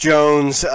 Jones